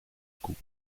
coût